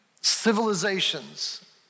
civilizations